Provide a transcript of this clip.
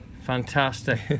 Fantastic